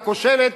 הכושלת,